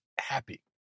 happy